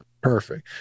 perfect